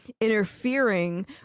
interfering